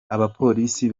abapolisi